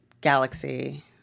Galaxy